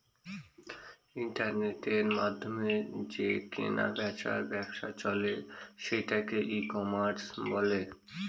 ইন্টারনেটের মাধ্যমে যে কেনা বেচার ব্যবসা চলে সেটাকে ই কমার্স বলে